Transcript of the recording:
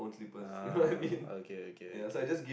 ah okay okay okay